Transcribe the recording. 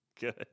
good